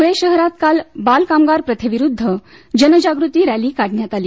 धुळे शहरात काल बाल कामगार प्रथेविरुध्द जनजागृती रॅली काढण्यात आली